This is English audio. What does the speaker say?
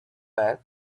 bet